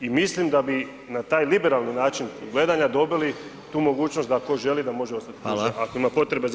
I mislim da bi na taj liberalni način gledanja dobili tu mogućnost da tko želi može ostati duže ako ima potrebe za